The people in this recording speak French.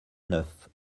neuf